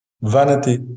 Vanity